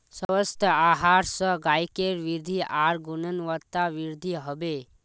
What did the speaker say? स्वस्थ आहार स गायकेर वृद्धि आर गुणवत्तावृद्धि हबे